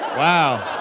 wow.